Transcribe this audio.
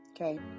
okay